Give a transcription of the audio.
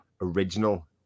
original